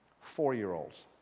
Four-year-olds